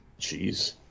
Jeez